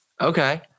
Okay